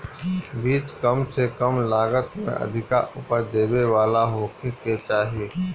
बीज कम से कम लागत में अधिका उपज देवे वाला होखे के चाही